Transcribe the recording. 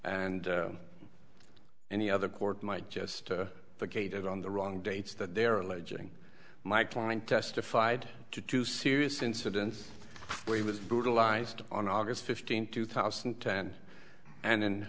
and any other court might just the gate on the wrong dates that they are alleging my client testified to two serious incidents where he was brutalized on august fifteenth two thousand and ten and